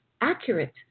accurate